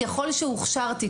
ככל שהוכשרתי,